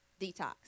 detox